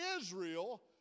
Israel